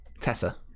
tessa